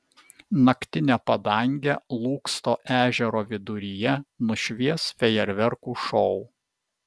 naktinę padangę lūksto ežero viduryje nušvies fejerverkų šou